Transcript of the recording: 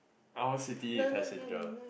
owl city and passenger